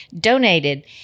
donated